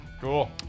cool